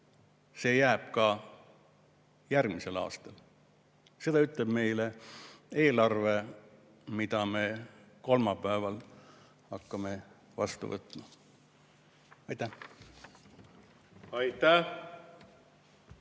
See jääb nii ka järgmisel aastal. Seda ütleb meile eelarve, mida me hakkame kolmapäeval vastu võtma. Aitäh!